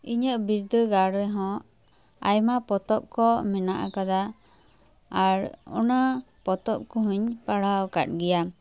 ᱤᱧᱟᱹᱜ ᱵᱤᱨᱫᱟᱹᱜᱟᱲ ᱨᱮᱦᱚᱸ ᱟᱭᱢᱟ ᱯᱚᱛᱚᱵ ᱠᱚ ᱢᱮᱱᱟᱜ ᱠᱟᱫᱟ ᱟᱨ ᱚᱱᱟ ᱯᱚᱛᱚᱵ ᱠᱚᱦᱚᱸᱧ ᱯᱟᱲᱦᱟᱣ ᱟᱠᱟᱫ ᱜᱮᱭᱟ